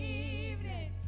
evening